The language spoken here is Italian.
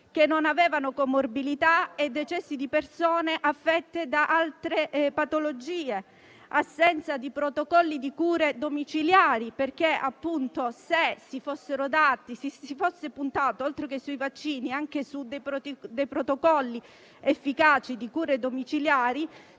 persone senza comorbilità e i decessi di persone affette da altre patologie. Si registra anche l'assenza di protocolli di cure domiciliari, perché se si fosse puntato, oltre che sui vaccini, anche su protocolli efficaci di cure domiciliari,